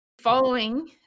Following